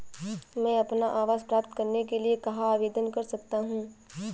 मैं अपना आवास प्राप्त करने के लिए कहाँ आवेदन कर सकता हूँ?